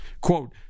Quote